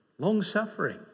Long-suffering